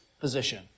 position